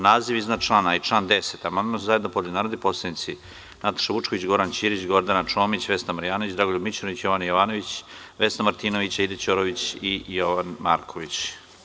Na naziv iznad člana i član 10. amandman su zajedno podneli narodni poslanici Nataša Vučković, Goran Ćirić, Gordana Čomić, Vesna Marjanović, Dragoljub Mićunović, Jovana Jovanović, Vesna Martinović, Aida Ćorović i Jovan Marković.